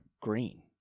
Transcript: Green